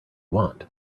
want